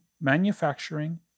manufacturing